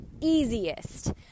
easiest